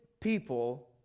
people